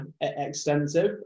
extensive